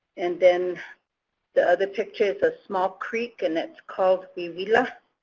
and then the other picture ah small creek and it's called wiwila.